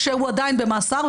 כשהוא עדיין במאסר,